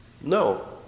No